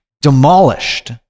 demolished